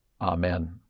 Amen